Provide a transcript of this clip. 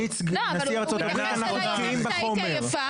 כמו נשיא ארצות הברית, אנחנו בקיאים בחומר.